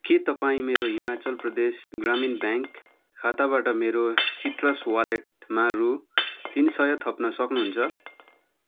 के तपाईँ मेरो हिमाचल प्रदेश ग्रामीण ब्याङ्क खाताबाट मेरो सिट्रस वालेटमा रु तिन सय थप्न सक्नुहुन्छ